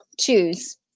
choose